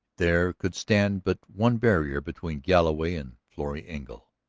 there could stand but one barrier between galloway and florrie engle,